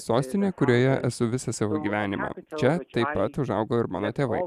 sostinė kurioje esu visą savo gyvenimą čia taip pat užaugo ir mano tėvai